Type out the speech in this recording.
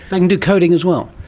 they can do coding as well?